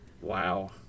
Wow